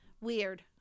weird